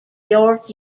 york